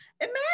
Imagine